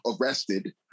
arrested